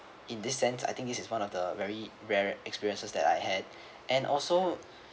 in this sense I think this is one of the very rare experiences that I had and also